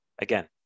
again